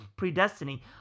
predestiny